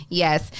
yes